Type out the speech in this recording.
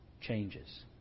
changes